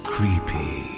Creepy